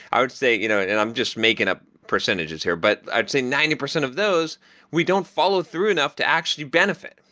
i would say you know and and i'm just making up percentages here, but i'd say ninety percent of those we don't follow through enough to actually benefit,